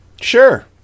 Sure